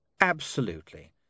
Absolutely